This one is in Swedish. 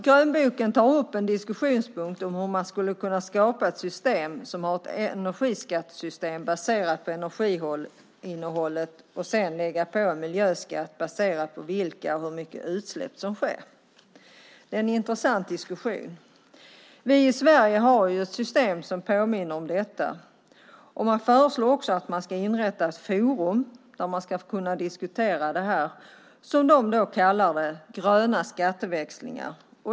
Grönboken tar upp en diskussionspunkt om hur man skulle kunna skapa ett energiskattesystem baserat på energiinnehållet och sedan lägga på en miljöskatt baserad på vilka och hur mycket utsläpp som sker. Det är en intressant diskussion. Vi i Sverige har ett system som påminner om detta. Man föreslår också inrättandet av ett forum där man ska kunna diskutera det som kallas gröna skatteväxlingar.